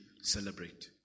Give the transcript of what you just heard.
celebrate